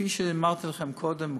כפי שאמרתי לכם קודם,